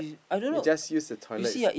if just use the toilet is